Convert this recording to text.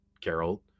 carol